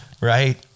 Right